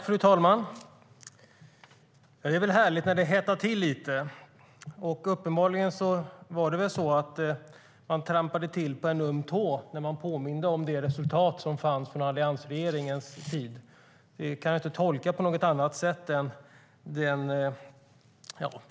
Fru talman! Det är väl härligt när det hettar till lite? Uppenbarligen trampade man på en öm tå när man påminde om resultatet från alliansregeringens tid. Jag kan inte tolka det på något annat sätt, det